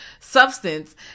substance